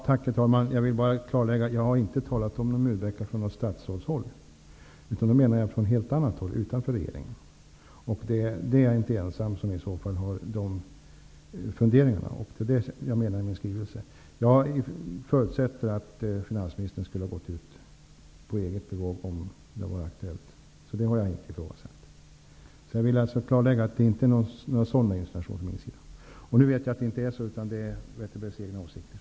Herr talman! Jag vill bara klarlägga att jag inte har talat om någon murbräcka från statsrådshåll. Jag menade att detta skulle komma från ett helt annat håll, utanför regeringen. Jag är inte ensam om att ha de funderingarna. Det är detta jag menar i min skrivelse. Jag förutsätter att finansministern skulle ha gått ut på eget bevåg om det hade varit aktuellt. Det har jag inte ifrågasatt. Jag vill klarlägga att det inte är några sådana insinuationer från min sida. Nu vet jag att det inte är så, utan att detta är Wetterbergs egna åsikter.